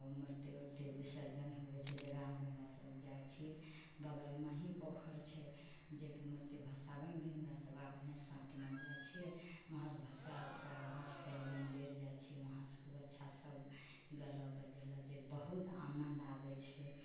तब मूर्ति वूर्ति विसर्जन होइ छै जेकरामे हमरा सभ जाइ छियै बगलमे हि पोखरि छै जेकि मूर्ति भसाबैमे भी हमरा सभ अपने साथमे जाइ छियै वहाँसँ भसा वसाके वहाँसँ फेर मन्दिर जाइ छियै वहाँ अच्छासँ मतलब गाना बजेलहुॅं जॆ बहुत आनन्द आबै छै